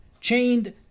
chained